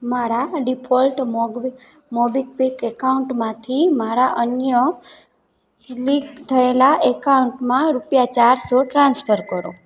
મારા ડીફોલ્ટ મોગવિક MobiKwik અકાઉન્ટમાંથી મારા અન્ય લિંક થયેલા અકાઉન્ટમાં રૂપિયા ચારસો ટ્રાન્સફર કરો